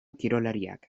kirolariak